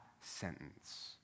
sentence